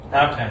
Okay